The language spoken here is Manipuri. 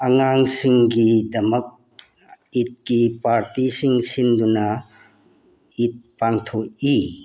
ꯑꯉꯥꯡꯁꯤꯡꯒꯤꯗꯃꯛ ꯏꯗꯀꯤ ꯄꯥꯔꯇꯤꯁꯤꯡ ꯁꯤꯟꯗꯨꯅ ꯏꯗ ꯄꯥꯡꯊꯣꯛꯏ